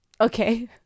Okay